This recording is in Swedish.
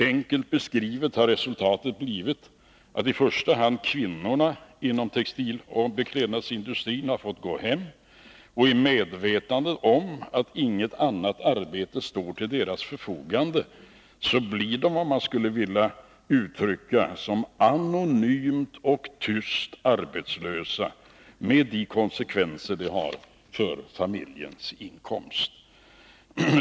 Enkelt beskrivet har resultatet blivit att i första hand kvinnorna inom textiloch beklädnadsindustrin har fått gå hem. I medvetandet om att inget annat arbete står till deras förfogande blir de vad man skulle vilja uttrycka som anonymt och tyst arbetslösa, med de konsekvenser som det har för familjens inkomst.